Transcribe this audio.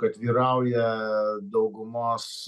kad vyrauja daugumos